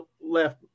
left